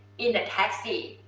in a taxi,